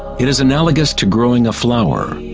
it is analogous to growing a flower.